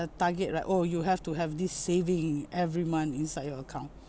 a target right oh you have to have this saving every month inside your account